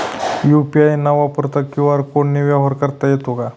UPI न वापरता QR कोडने व्यवहार करता येतो का?